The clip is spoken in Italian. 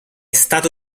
stato